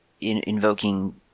invoking